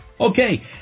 Okay